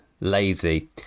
lazy